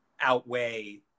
outweigh